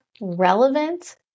relevant